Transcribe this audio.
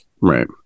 Right